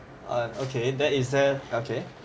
ah okay that is a okay